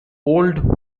old